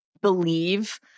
believe